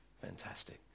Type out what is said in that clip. Fantastic